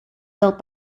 built